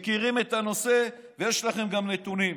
מכירים את הנושא ויש לכם גם נתונים.